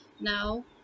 now